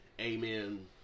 amen